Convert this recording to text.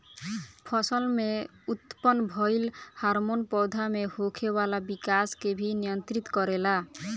फसल में उत्पन्न भइल हार्मोन पौधा में होखे वाला विकाश के भी नियंत्रित करेला